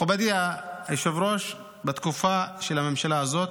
מכובדי היושב-ראש, בתקופה של הממשלה הזאת,